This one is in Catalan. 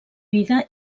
vida